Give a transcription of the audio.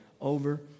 over